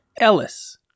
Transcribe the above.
Ellis